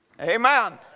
Amen